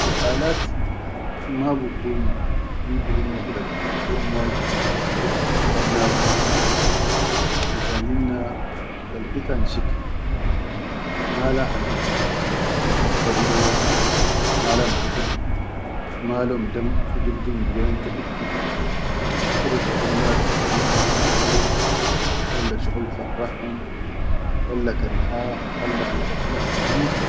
Alalat ba kun humma kula gal yom wahid gal bishuru shabannadum, finshan hinna khittaan shik malahan mukh bifakkaru beyya, malahan agil, malom dam fi jildum yamta ibdu ishuru shabannadum, shuqul zaʼalum walla shuqul farrahum walla kan khalla ana anas iyit.